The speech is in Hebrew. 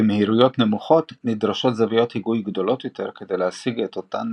במהירויות נמוכות נדרשות זוויות היגוי גדולות יותר כדי להשיג את אותן